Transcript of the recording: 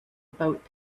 about